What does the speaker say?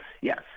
yes